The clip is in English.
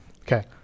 Okay